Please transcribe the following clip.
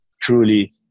truly